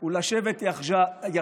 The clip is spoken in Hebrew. הוא לשבת יחדיו